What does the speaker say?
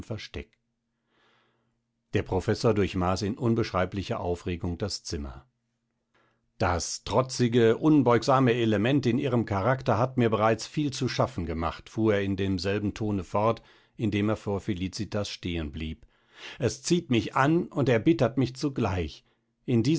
versteck der professor durchmaß in unbeschreiblicher aufregung das zimmer das trotzige unbeugsame element in ihrem charakter hat mir bereits viel zu schaffen gemacht fuhr er in demselben tone fort indem er vor felicitas stehen blieb es zieht mich an und erbittert mich zugleich in